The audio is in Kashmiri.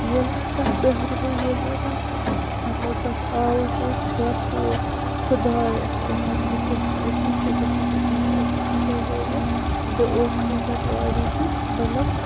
ییٚلہِ مےٚ تتھ نہرِ منٛز ییٚلہِ مےٚ تَتھ مَطلَب تَتھ آبَس منٛز کھوٚر ترو خۄدایہ سَہل مےٚ کیاہ چھُ مےٚ چھ چِکہ چِکہ کَرِمٕژ تہِ کیاہ گوٚو مےٚ مےٚ اوس سُہ زَنہٕ وارِیٚو تہِ مطلب